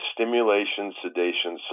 Stimulation-Sedation